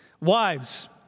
Wives